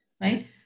right